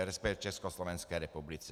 Resp. Československé republice.